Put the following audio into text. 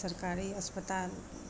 सरकारी अस्पताल